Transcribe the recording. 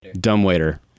dumbwaiter